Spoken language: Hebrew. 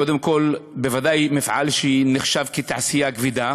קודם כול, בוודאי מפעל שנחשב לתעשייה כבדה.